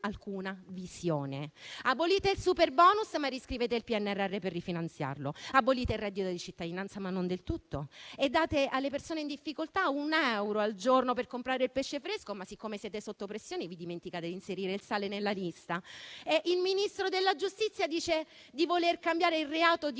alcuna visione. Abolite il superbonus, ma riscrivete il PNRR per rifinanziarlo; abolite il reddito di cittadinanza, ma non del tutto; date alle persone in difficoltà un euro al giorno per comprare il pesce fresco, ma siccome siete sotto pressione vi dimenticate di inserire il sale nella lista. Il Ministro della giustizia dice di voler cambiare il reato di